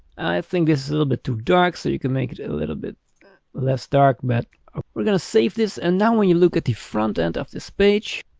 i think it's a little bit too dark so you can make it a little bit less dark. but we're going to save this. and now when you look at the front-end of this page,